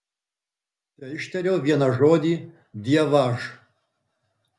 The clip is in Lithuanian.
teištariau vieną žodį dievaž